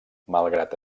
malgrat